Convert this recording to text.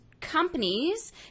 companies